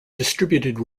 distributed